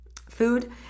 food